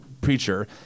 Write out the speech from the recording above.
preacher